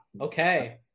Okay